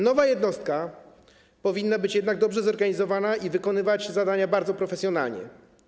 Nowa jednostka powinna być jednak dobrze zorganizowana i wykonywać zadania bardzo profesjonalnie.